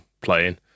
playing